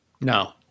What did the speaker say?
No